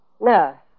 No